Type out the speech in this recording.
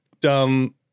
dumb